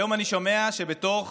היום אני שומע שבתוך